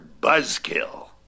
Buzzkill